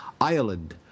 Ireland